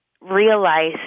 realize